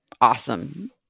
Awesome